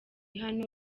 hano